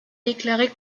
déclaré